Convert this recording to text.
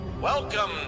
Welcome